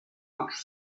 much